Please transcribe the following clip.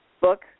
book